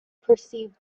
perceived